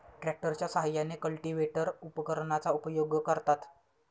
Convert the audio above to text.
ट्रॅक्टरच्या साहाय्याने कल्टिव्हेटर उपकरणाचा उपयोग करतात